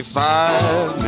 five